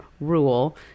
rule